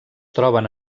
troben